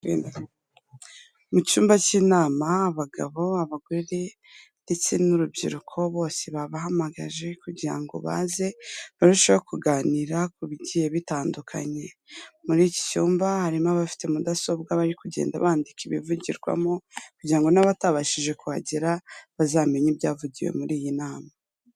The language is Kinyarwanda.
Mu cyumba cy'inama, abagabo, abagore, ndetse n'urubyiruko, bose babahamagaje kugira ngo baze barusheho kuganira ku bigiye bitandukanye, muri iki cyumba harimo abafite mudasobwa bari kugenda bandika ibivugirwamo kugira ngo n'abatabashije kuhagera bazamenye ibyavugiwe muri iyi nama.